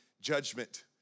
judgment